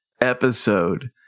episode